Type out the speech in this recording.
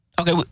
okay